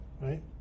Right